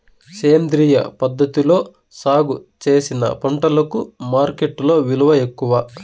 సేంద్రియ పద్ధతిలో సాగు చేసిన పంటలకు మార్కెట్టులో విలువ ఎక్కువ